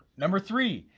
number three,